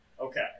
Okay